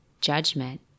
judgment